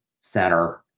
center